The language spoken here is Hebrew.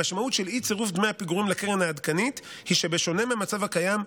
המשמעות של אי-צירוף דמי הפיגורים לקרן העדכנית היא שבשונה מהמצב הקיים,